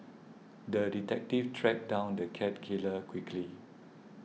the detective tracked down the cat killer quickly